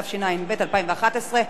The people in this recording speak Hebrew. התשע"ב 2011,